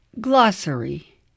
Glossary